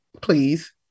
Please